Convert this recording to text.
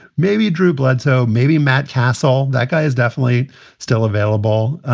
maybe drew bledsoe, maybe matt cassel. that guy is definitely still available.